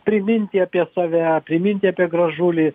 priminti apie save priminti apie gražulį